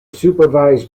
supervised